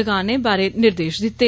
लगने बारै निर्देष दिते